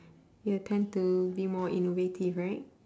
you tend to be more innovative right